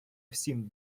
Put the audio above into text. всім